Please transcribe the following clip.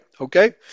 Okay